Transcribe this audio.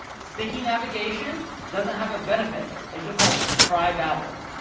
sticky navigation doesn't have a benefit, it just has try babbel,